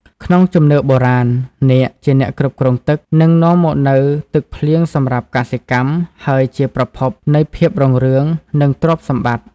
ក្នុងជំនឿបុរាណ នាគជាអ្នកគ្រប់គ្រងទឹក និងនាំមកនូវទឹកភ្លៀងសម្រាប់កសិកម្ម ដែលជាប្រភពនៃ ភាពរុងរឿង និង ទ្រព្យសម្បត្តិ។